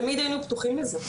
תמיד היינו פתוחים לזה.